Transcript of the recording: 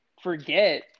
forget